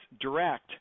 direct